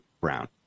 brown